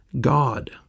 God